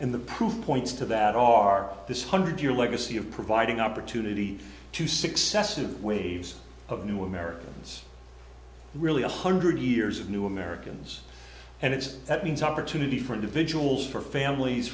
and the proof points to that are this hundred year legacy of providing opportunity to successive waves of new americans really one hundred years of new americans and it's that means opportunity for individuals for families